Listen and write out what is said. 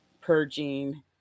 purging